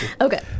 Okay